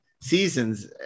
seasons